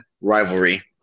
rivalry